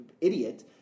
idiot